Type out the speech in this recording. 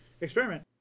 experiment